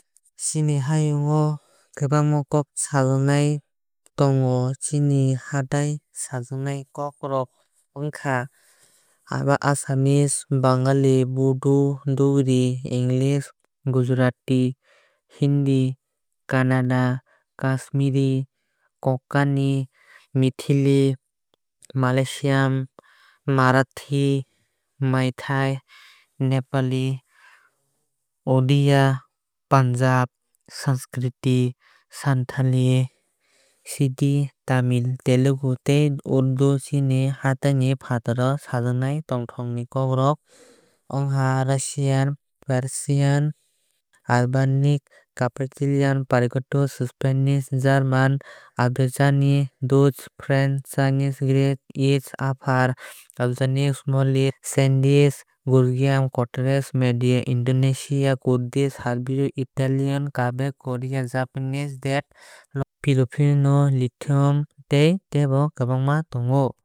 Chini hayung o kwbangma kok sajagwui tongo. Chini hatai o sajaknai kok rok ongka assamese bengali bodo dogri english gujarati hindi kannada kashmiri konkani maithili malayalam marathi meitei nepali odia punjabi sanskrit santali sindhi tamil telugu tei urdu. Chini hatai ni fataro sajagwui tongthokni ok rok ongha russian persian arabic catalan purtugese spanish german azerbaijani dutch french chinese greek czec afar amharic somali swedish georgian catonese mandarine indonesian kurdish hebrew italian kazakh korean japanese thai laos philipino lithunian tei tebo kwbangma tongo.